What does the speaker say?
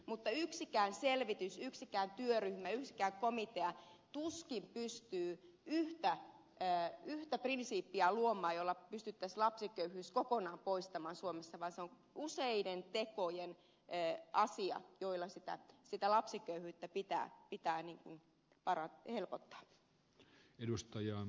mutta yksikään selvitys yksikään työryhmä yksikään komitea tuskin pystyy luomaan yhtä prinsiippiä jolla pystyttäisiin lapsiköyhyys kokonaan poistamaan suomessa vaan se on useiden tekojen asia joilla sitä lapsiköyhyyttä pitää helpottaa